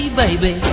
baby